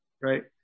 Right